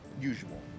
usual